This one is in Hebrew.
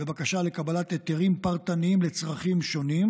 בבקשה לקבלת היתרים פרטניים לצרכים שונים,